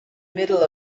middle